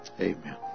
Amen